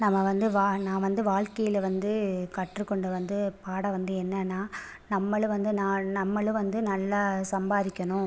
நம்ம வந்து வா நான் வந்து வாழ்க்கையில் வந்து கற்றுக்கொண்ட வந்து பாடம் வந்து என்னென்னா நம்மளும் வந்து நான் நம்மளும் நல்லா சம்பாரிக்கணும்